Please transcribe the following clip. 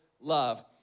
love